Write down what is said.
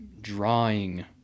drawing